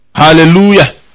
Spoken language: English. Hallelujah